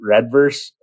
Redverse